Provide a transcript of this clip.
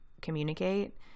communicate